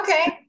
okay